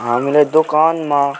हामीलाई दोकानमा